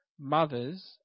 mothers